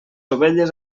ovelles